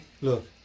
look